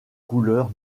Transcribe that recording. couleur